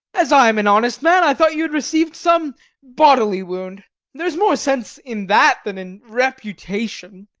as i am an honest man, i thought you had received some bodily wound there is more sense in that than in reputation.